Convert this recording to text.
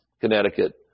Connecticut